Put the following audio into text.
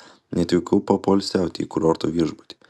neatvykau papoilsiauti į kurorto viešbutį